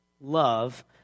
love